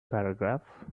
paragraph